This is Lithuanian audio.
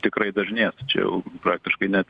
tikrai dažnės čia jau praktiškai net